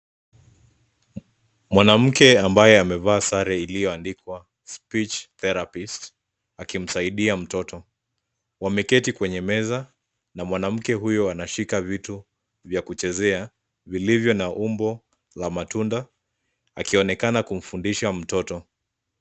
Mwanamke ambaye amevaa sare iliyoandikwa speech therapist akimsaidia mtoto. Wameketi kwenye meza na mwanamke huyo anashika vitu vya kuchezea vilivyo na umbo la matunda akionekana kumfundisha mtoto.